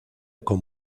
con